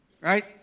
right